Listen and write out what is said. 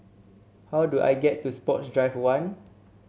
how do I get to Sports Drive One